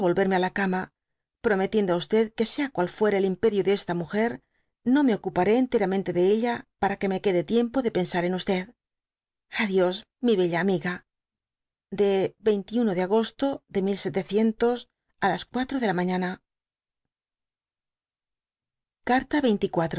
yerme á la cama prometiendo á que sea cual fuere el imperio de esta múger no me ocuparé enteramente de ella para que me quede tiempo de pensar en a dios mi bella amiga de de agosto de a las cuatro de la mañana carta